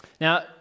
Now